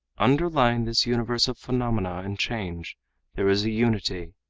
underlying this universe of phenomena and change there is a unity.